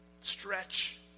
Stretch